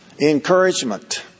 encouragement